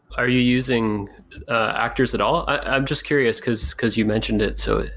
are you using actors at all? i am just curious because because you mentioned it so.